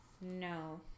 No